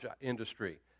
industry